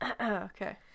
Okay